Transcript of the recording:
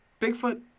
Bigfoot